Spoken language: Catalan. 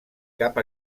cap